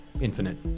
Infinite